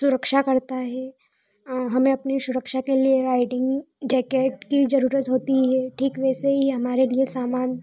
सुरक्षा करता है हमें अपनी सुरक्षा के लिए राइडिंग जैकेट की ज़रूरत होती है ठीक वैसे ही हमारे लिए सामान